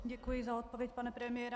Děkuji za odpověď, pane premiére.